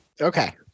okay